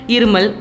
Irmal